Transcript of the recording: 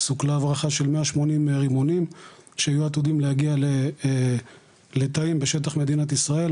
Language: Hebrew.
סוכלה הברחה של 180 רימונים שהיו עתידים להגיע לתאים בשטח מדינת ישראל,